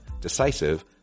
decisive